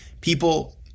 people